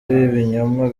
y’ibinyoma